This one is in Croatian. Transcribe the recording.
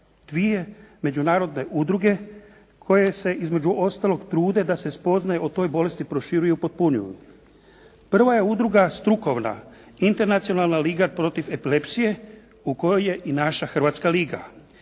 dvije međunarodne udruge koje se između ostalog trude da se spoznaje o toj bolesti proširuju i upotpunjuju. Prva je Udruga strukovna internacionalna liga protiv epilepsije u kojoj je i naša Hrvatska liga.